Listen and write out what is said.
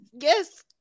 Yes